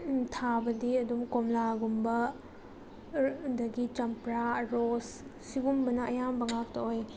ꯊꯥꯕꯗꯤ ꯑꯗꯨꯝ ꯀꯣꯝꯂꯥꯒꯨꯝꯕ ꯑꯗꯒꯤ ꯆꯝꯄ꯭ꯔꯥ ꯔꯣꯁ ꯁꯤꯒꯨꯝꯕꯅ ꯑꯌꯥꯝꯕ ꯉꯥꯛꯇ ꯑꯣꯏ